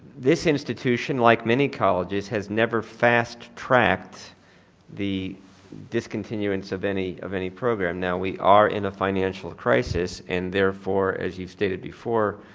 this institution like many colleges has never fast tracked the discontinuance of any of any program. now, we are in a financial crisis and therefore as you've stated before,